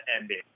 ending